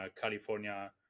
California